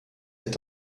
est